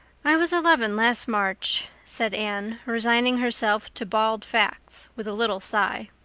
i was eleven last march, said anne, resigning herself to bald facts with a little sigh.